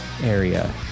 area